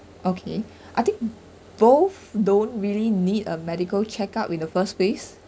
okay I think both don't really need a medical check-up in the first place